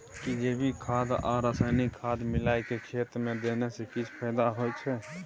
कि जैविक खाद आ रसायनिक खाद मिलाके खेत मे देने से किछ फायदा होय छै?